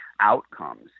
outcomes